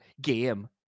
game